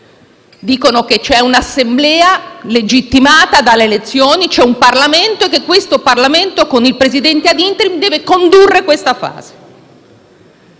Dicono che c'è un'Assemblea legittimata dalle elezioni e che c'è un Parlamento che, con il Presidente *ad interim*, deve condurre questa fase.